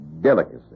delicacy